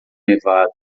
nevado